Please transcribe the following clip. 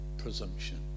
presumption